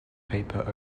paper